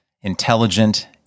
intelligent